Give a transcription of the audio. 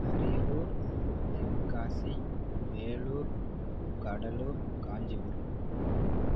Ariyalur Tenkasi Vellore Cuddalore Kanchipuram